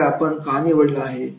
हा खेळ आपण का निवडले आहे